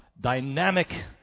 dynamic